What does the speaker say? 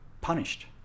punished